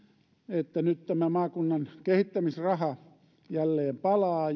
että nyt tämä maakunnan kehittämisraha jälleen palaa